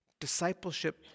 discipleship